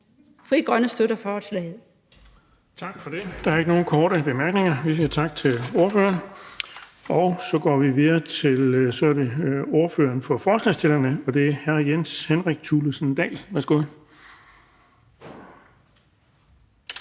fg. formand (Erling Bonnesen): Tak for det. Der er ikke nogen korte bemærkninger. Vi siger tak til ordføreren. Så går vi videre til ordføreren for forslagsstillerne, og det er hr. Jens Henrik Thulesen Dahl. Værsgo.